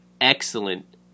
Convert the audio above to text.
excellent